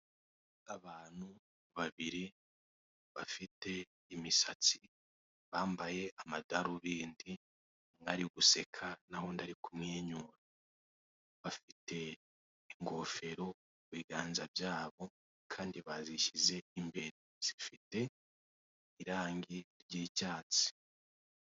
Abantu babiri bafite imisatsi, bambaye amadarubindi bari guseka naho undi ari kumwenyura, bafite ingofero mu biganza byabo kandi bazishyize imbere, zifite irangi ry'icyatsi.